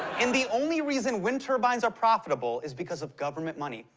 and the only reason wind turbines are profitable is because of government money.